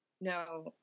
No